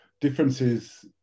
differences